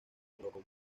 provocó